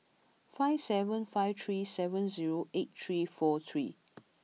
five seven five three seven zero eight three four three